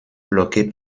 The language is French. bloquée